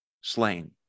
slain